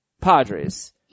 Padres